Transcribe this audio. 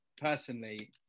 personally